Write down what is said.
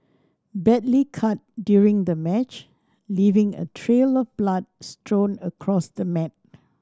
badly cut during the match leaving a trail of blood strewn across the mat